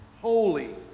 holy